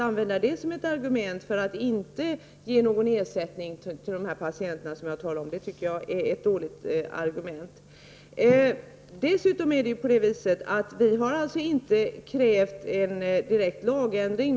Anförda argument för att inte ge ersättning till de patienter som jag talade om tycker jag är ett dåligt argument. Dessutom har vi inte krävt en direkt lagändring.